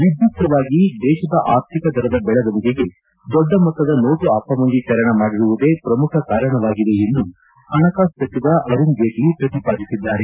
ವಿಧ್ಯುಕ್ತವಾಗಿ ದೇಶದ ಆರ್ಥಿಕ ದರದ ಬೆಳವಣಿಗೆಗೆ ದೊಡ್ಡ ಮೊತ್ತದ ನೋಟು ಅಪಮೌಲ್ಯೀಕರಣ ಮಾಡಿರುವುದೇ ಪ್ರಮುಖ ಕಾರಣವಾಗಿದೆ ಎಂದು ಪಣಕಾಸು ಸಚಿವ ಅರುಣ್ ಜೇಟ್ಲಿ ಪ್ರತಿಪಾದಿಸಿದ್ದಾರೆ